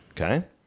Okay